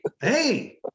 hey